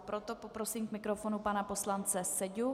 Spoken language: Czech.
Proto poprosím k mikrofonu pana poslance Seďu.